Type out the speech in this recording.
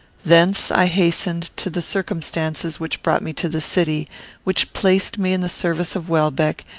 thence i hastened to the circumstances which brought me to the city which placed me in the service of welbeck,